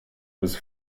was